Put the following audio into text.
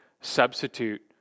substitute